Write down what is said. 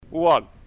One